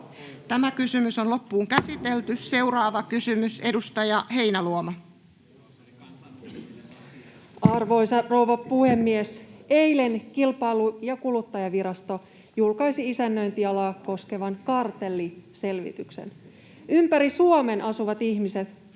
tämän mukaan tullaan menemään. Seuraava kysymys, edustaja Heinäluoma. Arvoisa rouva puhemies! Eilen Kilpailu- ja kuluttajavirasto julkaisi isännöitsijäalaa koskevan kartelliselvityksen. Ympäri Suomen asuvat ihmiset